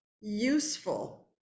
useful